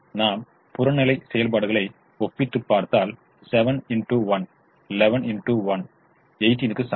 நாம் புறநிலை செயல்பாடுகளை ஒப்பிட்டுப் பார்த்தால் 18 க்கு சமம்